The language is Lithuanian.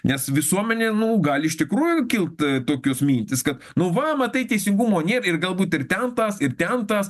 nes visuomenė nu gali iš tikrųjų kilt tokios mintys kad nu va matai teisingumo nėr ir galbūt ir ten tas ir ten tas